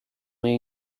may